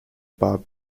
bob